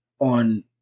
on